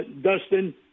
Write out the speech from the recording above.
Dustin